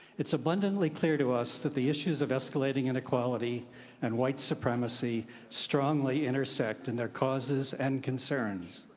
it's abundantly clear to us that the issues of escalating inequality and white supremacy strongly intersect in their causes and concerns.